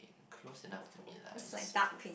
close enough to me lah it's